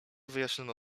wyjaśniono